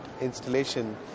installation